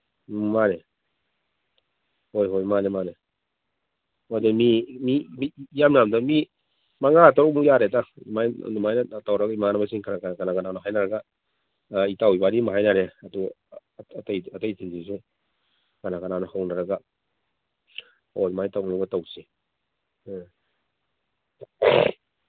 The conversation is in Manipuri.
ꯎꯝ ꯃꯥꯅꯦ ꯍꯣꯏ ꯍꯣꯏ ꯃꯥꯅꯦ ꯃꯥꯅꯦ ꯑꯗ ꯃꯤ ꯏꯌꯥꯝ ꯌꯥꯝꯗ ꯃꯤ ꯃꯉꯥ ꯇꯔꯨꯛꯃꯨꯛ ꯌꯥꯔꯦꯗ ꯑꯗꯨꯃꯥꯏ ꯑꯗꯨꯃꯥꯏꯅ ꯇꯧꯔꯒ ꯏꯃꯥꯟꯅꯕꯁꯤꯡ ꯈꯔ ꯈꯔ ꯀꯅꯥ ꯀꯅꯥꯅꯣ ꯍꯥꯏꯅꯔꯒ ꯏꯇꯥꯎ ꯏꯕꯥꯅꯤ ꯑꯃ ꯍꯥꯏꯅꯔꯦ ꯑꯗꯣ ꯑꯇꯩꯁꯤꯡꯗꯨꯁꯨ ꯀꯅꯥ ꯀꯅꯥꯅꯣ ꯍꯧꯅꯔꯒ ꯍꯣꯏ ꯑꯗꯨꯃꯥꯏ ꯇꯧꯅꯕ ꯇꯧꯁꯤ ꯑ